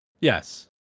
Yes